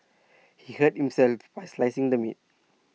he hurt himself while slicing the meat